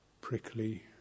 prickly